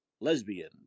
lesbian